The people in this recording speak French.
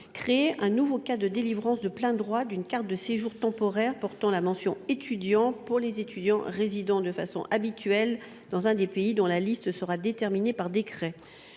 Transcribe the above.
créer un nouveau cas de délivrance de plein droit d’une carte de séjour temporaire portant la mention « étudiant » pour les étudiants résidant de façon habituelle dans un des pays dont la liste sera déterminée par décret.